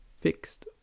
fixed